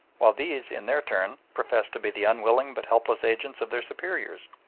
while these in their turn professed to be the unwilling but helpless agents of their superiors.